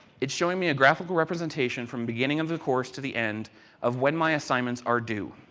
is showing me a graphical representation from beginning of the course to the end of when my assignments are due.